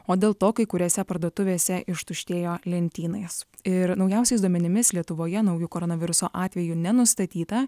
o dėl to kai kuriose parduotuvėse ištuštėjo lentynais ir naujausiais duomenimis lietuvoje naujų koronaviruso atvejų nenustatyta